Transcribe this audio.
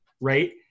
right –